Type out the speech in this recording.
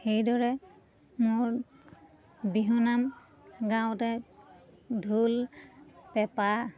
সেইদৰে মোৰ বিহু নাম গাওঁতে ঢোল পেঁপা